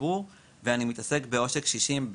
ציבור ואני מתעסק בעושק קשישים בפרט.